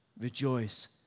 rejoice